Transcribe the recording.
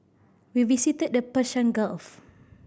we visited the Persian Gulf